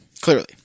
Clearly